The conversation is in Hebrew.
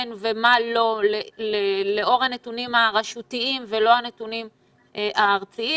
ומה לא לאור הנתונים הרשותיים ולא הנתונים הארציים,